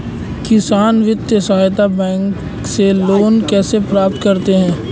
किसान वित्तीय सहायता बैंक से लोंन कैसे प्राप्त करते हैं?